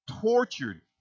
tortured